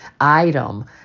item